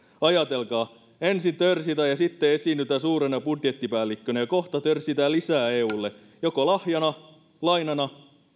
ajatelkaa ensin törsitään ja sitten esiinnytään suurena budjettipäällikkönä ja kohta törsitään lisää eulle joko lahjana lainana